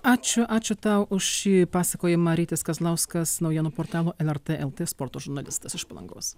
ačiū ačiū tau už šį pasakojimą rytis kazlauskas naujienų portalo lrt lt sporto žurnalistas iš palangos